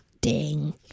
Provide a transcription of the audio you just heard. Ding